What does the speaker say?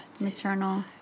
maternal